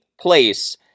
place